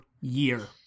year